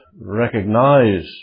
recognize